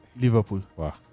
Liverpool